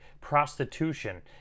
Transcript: prostitution